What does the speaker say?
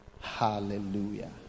Hallelujah